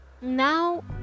now